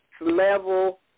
level